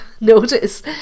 notice